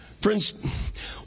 Friends